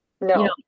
No